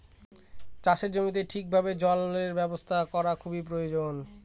চাষের জমিতে ঠিক ভাবে জলের ব্যবস্থা করা খুব প্রয়োজন